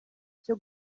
cyo